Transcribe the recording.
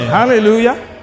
hallelujah